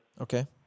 Okay